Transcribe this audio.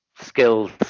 skills